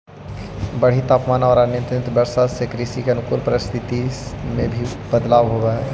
बढ़ित तापमान औउर अनियमित वर्षा से कृषि के अनुकूल परिस्थिति में भी बदलाव होवऽ हई